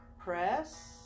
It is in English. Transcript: Press